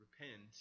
Repent